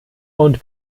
und